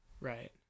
Right